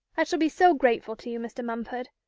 i shall be so grateful to you, mr. mumford.